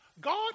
God